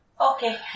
Okay